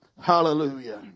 Hallelujah